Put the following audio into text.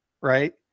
right